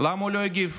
למה הוא לא הגיב?